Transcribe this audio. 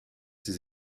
ses